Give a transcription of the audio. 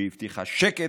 שהבטיחה שקט,